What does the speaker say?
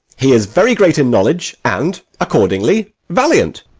he is very great in knowledge, and accordingly valiant.